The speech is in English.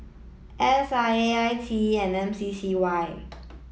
S I A I T E and M C C Y